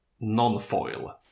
non-foil